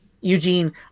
Eugene